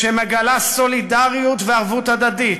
שמגלה סולידריות וערבות הדדית,